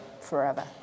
Forever